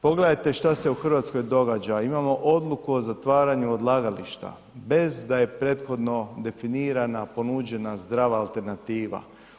Pogledajte što se u Hrvatskoj događa, imamo odluku o zatvaranja odlagališta bez da je prethodno definirana, ponuđena zdrava alternativa.